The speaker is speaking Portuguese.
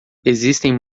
existem